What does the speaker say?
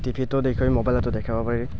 T ভিতটো দেখুঁৱেই মোবাইলটো দেখাব পাৰি